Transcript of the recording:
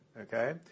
Okay